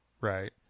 right